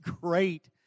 great